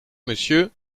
messieurs